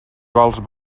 vols